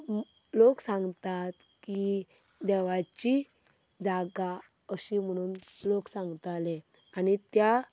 लोक सांगतात की देवाची जागा अशें म्हणून लोक सांगताले आनी त्या